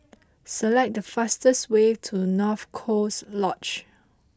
select the fastest way to North Coast Lodge